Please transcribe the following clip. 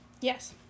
yes